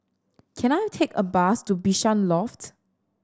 can I take a bus to Bishan Loft